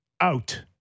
out